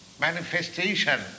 manifestation